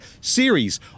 series